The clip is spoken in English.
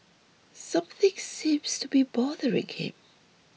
something seems to be bothering him